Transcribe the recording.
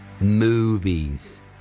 movies